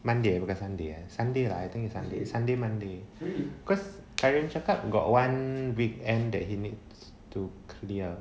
monday sunday sunday lah I think it's sunday lah sunday monday cause every setup he got one weekend he needs to clear